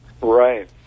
Right